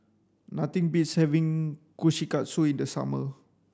nothing beats having Kushikatsu in the summer